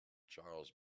charles